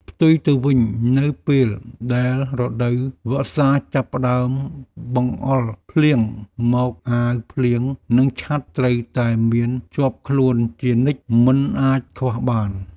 ផ្ទុយទៅវិញនៅពេលដែលរដូវវស្សាចាប់ផ្តើមបង្អុរភ្លៀងមកអាវភ្លៀងនិងឆ័ត្រត្រូវតែមានជាប់ខ្លួនជានិច្ចមិនអាចខ្វះបាន។